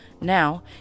Now